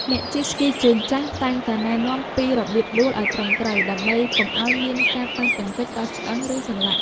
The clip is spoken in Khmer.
អ្នកជិះស្គីជើងចាស់តែងតែណែនាំពីរបៀបដួលឱ្យត្រឹមត្រូវ ដើម្បីកុំឱ្យមានការប៉ះទង្គិចដល់ឆ្អឹង ឬសន្លាក់។